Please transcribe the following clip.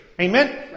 Amen